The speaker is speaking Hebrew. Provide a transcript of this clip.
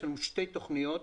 יש לנו שתי תוכניות.